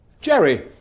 Jerry